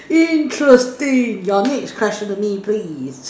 interesting your next question to me please